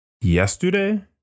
yesterday